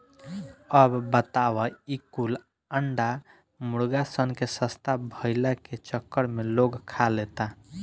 अब बताव ई कुल अंडा मुर्गा सन के सस्ता भईला के चक्कर में लोग खा लेता